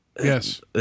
Yes